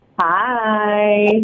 Hi